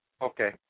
Okay